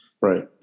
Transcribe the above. Right